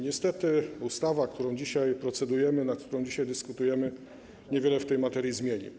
Niestety ustawa, nad którą dzisiaj procedujemy, nad którą dzisiaj dyskutujemy, niewiele w tej materii zmieni.